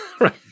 Right